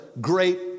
great